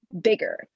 bigger